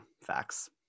facts